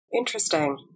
Interesting